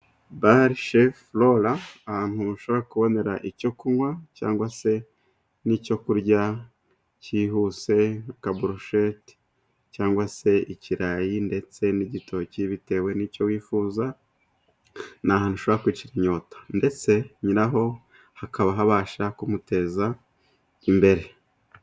Bare she Folola ahantu ushobora kubonera icyo kunywa cyangwa se n'icyo kurya cyihuse. Akaburusheti cyangwa se ikirayi ndetse n'igitoki bitewe n'icyo wifuza. Ni ahantu ushobora kwicira inyota ndetse nyiraho hakaba habasha kumuteza imbere.